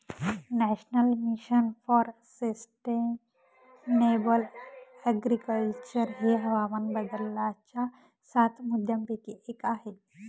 national mission for sustainable agriculture हे हवामान बदलाच्या सात मुद्यांपैकी एक आहे